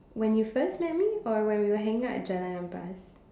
when you first met me or when we were hang out at Jalan-Ampas